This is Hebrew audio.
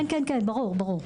כן, ברור.